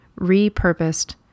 repurposed